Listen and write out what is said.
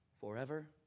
Forever